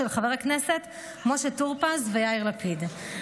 של חברי הכנסת משה טור פז ויאיר לפיד,